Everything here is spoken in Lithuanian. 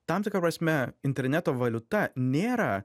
tam tikra prasme interneto valiuta nėra